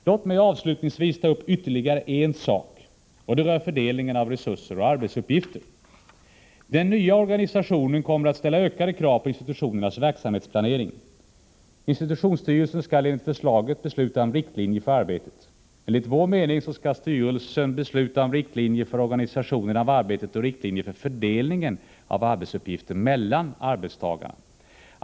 Låt mig avslutningsvis ta upp ytterligare en sak, fördelningen av resurser och arbetsuppgifter. Den nya organisationen kommer att ställa ökade krav på institutionernas verksamhetsplanering. Institutionsstyrelsen skall enligt förslaget besluta om riktlinjer för arbetet. Enligt vår mening skall styrelsen besluta om riktlinjer för organisationen av arbetet och riktlinjer för fördelningen av arbetsuppgifter mellan arbetstagarna.